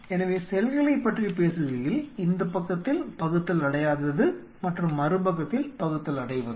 எனவே செல்களைப் பற்றி பேசுகையில் இந்த பக்கத்தில் பகுத்தலடையாதது மற்றும் மறுபக்கத்தில் பகுத்தலடைவது